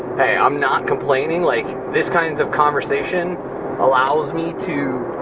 hey, i'm not complaining. like this kind of conversation allows me to